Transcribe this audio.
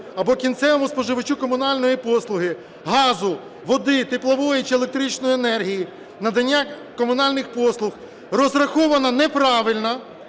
або кінцевому споживачу комунальної послуги, газу, води, теплової чи електричної енергії, надання комунальних послуг розраховано неправильно